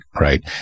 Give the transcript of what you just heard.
Right